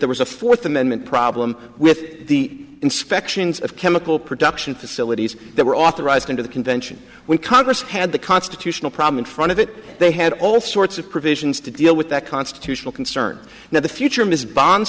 there was a fourth amendment problem with the inspections of chemical production facilities that were authorized into the convention when congress had the constitutional problem in front of it they had all sorts of provisions to deal with that constitutional concern now the future ms bonds